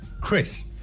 Chris